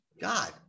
God